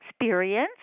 experience